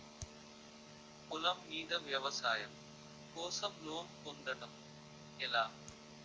పొలం మీద వ్యవసాయం కోసం లోన్ పొందటం ఎలా?